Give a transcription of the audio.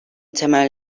temel